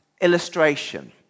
illustration